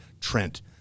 Trent